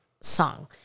song